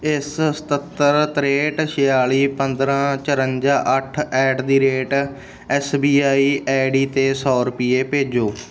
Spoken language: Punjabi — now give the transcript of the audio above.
ਇਸ ਸਤੱਤਰ ਤ੍ਰੇਹਠ ਛਿਆਲੀ ਪੰਦਰਾਂ ਚੁਰੰਜਾ ਅੱਠ at the rate S B I I D 'ਤੇ ਸੌ ਰੁਪਏ ਭੇਜੋ